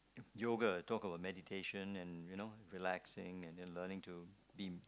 yoga talk about meditation and you know relaxing and then learning to be